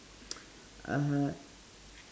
uh